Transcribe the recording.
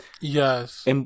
yes